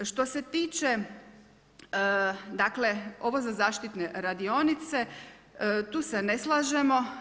Što se tiče dakle, ovo za zaštitne radionice, tu se ne slažemo.